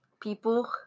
People